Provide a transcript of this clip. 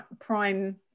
prime